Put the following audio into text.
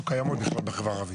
לא קיימות בכלל בחברה הערבית.